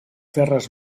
terres